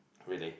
really